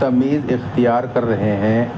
تمیز اختیار کر رہے ہیں